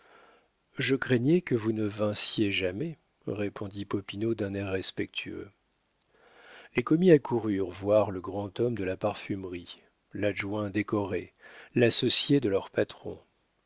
je craignais que vous ne vinssiez jamais répondit popinot d'un air respectueux les commis accoururent voir le grand homme de la parfumerie l'adjoint décoré l'associé de leur patron